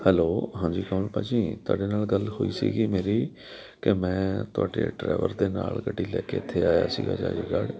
hello ਹਾਂਜੀ ਹਾਂ ਭਾਅ ਜੀ ਤੁਹਾਡੇ ਨਾਲ ਗੱਲ ਹੋਈ ਸੀਗੀ ਮੇਰੀ ਕਿ ਮੈਂ ਤੁਹਾਡੇ ਡਰਾਈਵਰ ਦੇ ਨਾਲ ਗੱਡੀ ਲੈ ਕੇ ਇੱਥੇ ਆਇਆ ਸੀਗਾ ਚੰਡੀਗੜ੍ਹ